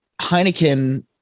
Heineken